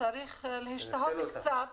שצריך להשתהות קצת